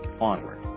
onward